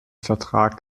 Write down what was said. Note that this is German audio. vertrag